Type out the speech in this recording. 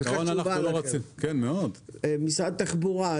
משרד התחבורה,